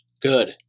Good